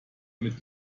mit